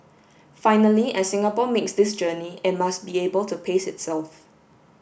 finally as Singapore makes this journey it must be able to pace itself